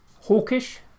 hawkish